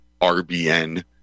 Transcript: RBN